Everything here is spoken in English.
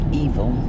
evil